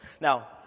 Now